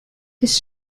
his